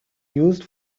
used